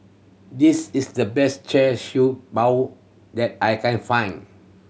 this is the best Char Siew Bao that I can find